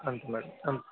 అంతే మేడం అం